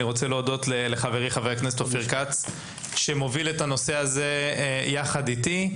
אני רוצה להודות לחברי חה"כ אופיר כץ שמוביל את הנושא הזה יחד איתי.